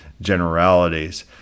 generalities